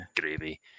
gravy